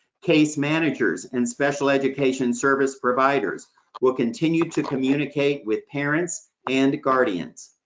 case managers and special education service providers will continue to communicate with parents and guardians.